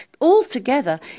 altogether